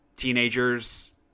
teenagers